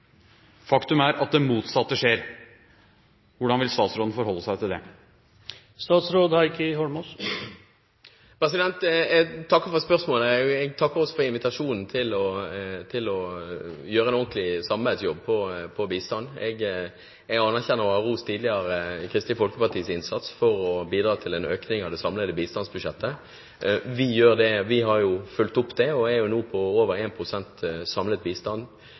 Faktum er at det motsatte skjer. Hvordan vil statsråden forholde seg til det? Jeg takker for spørsmålet. Jeg takker også for invitasjonen til å gjøre en ordentlig samarbeidsjobb på bistand. Jeg anerkjenner, og har rost tidligere, Kristelig Folkepartis innsats for å bidra til en økning av det samlede bistandsbudsjettet. Vi har fulgt opp det, og samlet bistand er nå på over